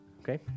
Okay